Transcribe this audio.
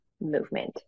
movement